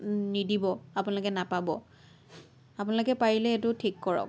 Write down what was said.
নিদিব আপোনালোকে নাপাব আপোনালোকে পাৰিলে এইটো ঠিক কৰক